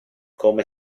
come